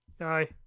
Aye